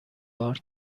بار